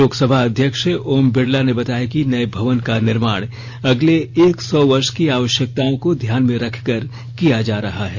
लोकसभा अध्यक्ष ओम बिडला ने बताया कि नए भवन का निर्माण अगले एक सौ वर्ष की आवश्यकताओं को ध्यान में रखकर किया जा रहा है